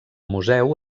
museu